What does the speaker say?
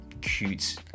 cute